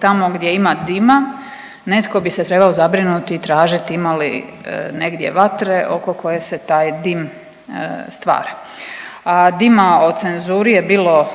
tamo gdje ima dima netko bi se trebao zabrinuti i tražiti ima li negdje vatre oko koje se taj dim stvara, a dima o cenzuri je bilo